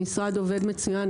המשרד עובד מצוין.